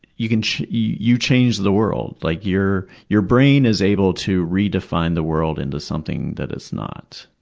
you change you change the world like your your brain is able to redefine the world into something that it's not,